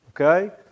Okay